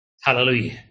Hallelujah